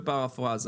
בפרפרזה.